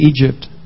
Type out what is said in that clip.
Egypt